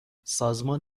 سازمان